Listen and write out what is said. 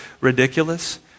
ridiculous